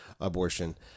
abortion